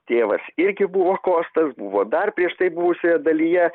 tėvas irgi buvo kostas buvo dar prieš tai buvusioje dalyje